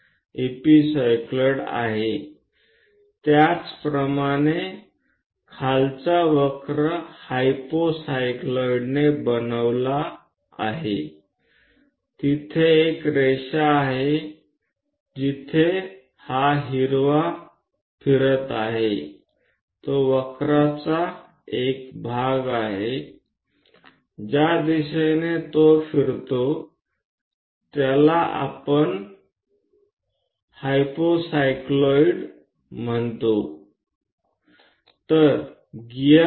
તે જ રીતે વક્રનો નીચેનો ભાગ હાયપોસાયક્લોઈડ દ્વારા રચાયો છે ઉદાહરણ તરીકે ત્યાં એક લીટી છે કે જેના ઉપર આ લીલાવાળું ફરે છે તો પછી વક્રનો ભાગ કે જે તે દિશામાં રચાય છે તે ભાગને આપણે હાયપોસાયક્લોઈડ બોલાવીએ છીએ